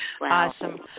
Awesome